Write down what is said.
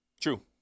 True